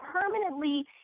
permanently